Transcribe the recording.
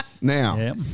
now